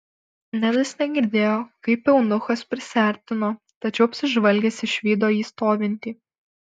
nedas negirdėjo kaip eunuchas prisiartino tačiau apsižvalgęs išvydo jį stovintį